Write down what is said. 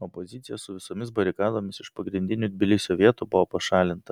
opozicija su visomis barikadomis iš pagrindinių tbilisio vietų buvo pašalinta